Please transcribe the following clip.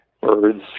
birds